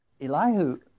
Elihu